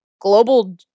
global